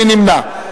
מי נמנע?